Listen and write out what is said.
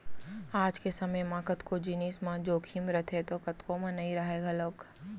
आज के समे म कतको जिनिस म जोखिम रथे तौ कतको म नइ राहय घलौक